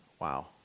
Wow